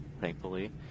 thankfully